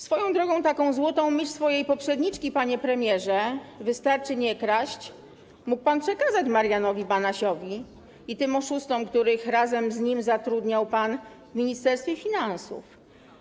Swoją drogą, złotą myśl swojej poprzedniczki, panie premierze, tj. wystarczy nie kraść, mógł pan przekazać Marianowi Banasiowi i tym oszustom, których razem z nim zatrudniał pan w Ministerstwie Finansów.